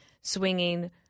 swinging